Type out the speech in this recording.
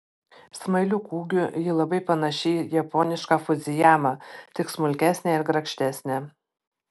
smailiu kūgiu ji labai panaši į japonišką fudzijamą tik smulkesnę ir grakštesnę